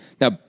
Now